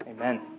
Amen